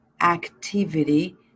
activity